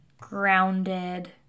grounded